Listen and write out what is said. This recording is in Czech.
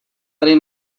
tady